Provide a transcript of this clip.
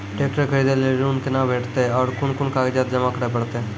Tractor खरीदै लेल ऋण कुना भेंटते और कुन कुन कागजात जमा करै परतै?